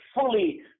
fully